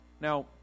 Now